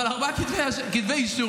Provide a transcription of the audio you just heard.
אבל ארבעה כתבי אישום,